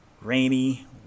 rainy